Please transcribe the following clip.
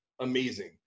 amazing